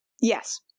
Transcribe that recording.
Yes